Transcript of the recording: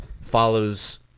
follows